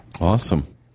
Awesome